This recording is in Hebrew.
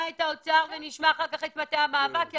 את האוצר וגם את מטה המאבק.